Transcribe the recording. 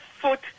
foot